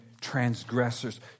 transgressors